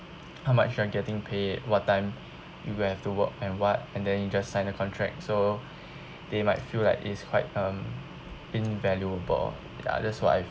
how much you are getting paid what time you will have to work and what and then you just sign the contract so they might feel like it's quite um invaluable ya that's what I